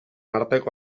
arteko